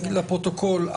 לפרוטוקול,